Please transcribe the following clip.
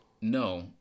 No